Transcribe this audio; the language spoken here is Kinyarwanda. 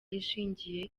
ishingiye